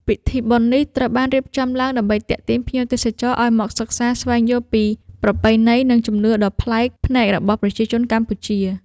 ពិធីបុណ្យនេះត្រូវបានរៀបចំឡើងដើម្បីទាក់ទាញភ្ញៀវទេសចរឱ្យមកសិក្សាស្វែងយល់ពីប្រពៃណី និងជំនឿដ៏ប្លែកភ្នែករបស់ប្រជាជនកម្ពុជា។